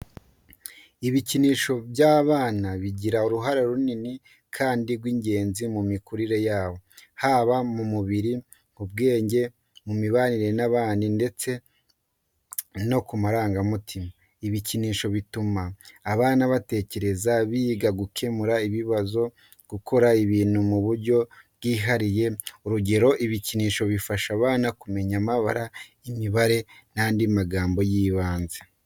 ibikinisho by’abana bigira uruhare runini kandi rw’ingenzi mu mikurire yabo, haba ku mubiri, ku bwenge, ku mibanire n’abandi ndetse no ku marangamutima. Ibikinisho bituma abana batekereza, biga gukemura ibibazo no gukora ibintu mu buryo bwihariye. Urugero, ibikinisho bifasha abana kumenya amabara, imibare, n’andi magambo y’ibanze.